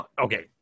okay